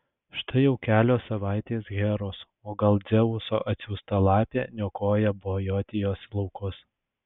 štai jau kelios savaitės heros o gal dzeuso atsiųsta lapė niokoja bojotijos laukus